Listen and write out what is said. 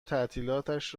تعطیلاتش